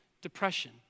depression